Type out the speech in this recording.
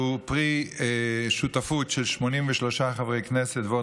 שהוא פרי שותפות של 83 חברי כנסת ועוד